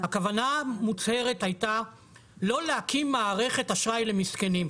הכוונה המוצהרת הייתה לא להקים מערכת אשראי למסכנים.